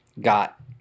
got